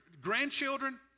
Grandchildren